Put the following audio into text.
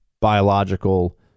biological